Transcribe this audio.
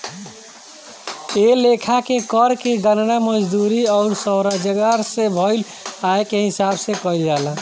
ए लेखा के कर के गणना मजदूरी अउर स्वरोजगार से भईल आय के हिसाब से कईल जाला